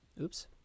Oops